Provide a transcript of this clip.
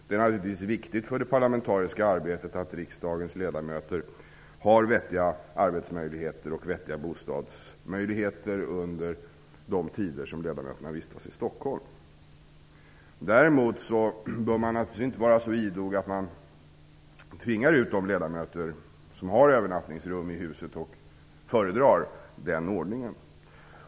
Det är naturligtvis viktigt för det parlamentariska arbetet att riksdagens ledamöter har vettiga arbetsoch bostadsvillkor under de tider som ledamöterna vistas i Stockholm. Däremot bör man naturligtvis inte vara så idog att man tvingar ut de ledamöter som har övernattningsrum i huset och föredrar den ordningen.